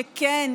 שכן,